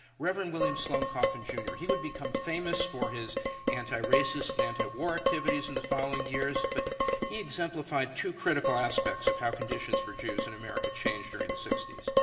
reverend william sloane coffin, jr, he would become famous for his antiracist and antiwar activities in the following years. but he exemplified two critical aspects of how conditions for jews in america changed during the sixty s.